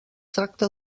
tracta